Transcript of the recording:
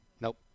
nope